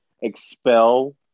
expel